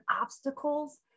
obstacles